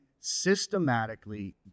systematically